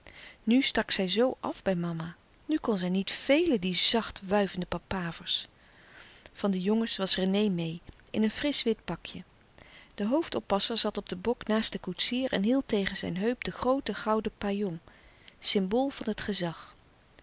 nu stak zij zoo af bij mama nu kon zij niet velen die zacht wuivende papavers van de jongens was rené meê in een frisch wit pakje de hoofdoppasser zat op den bok naast den koetsier en hield tegen zijn heup de groote gouden pajong symbool van het gezag